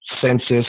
census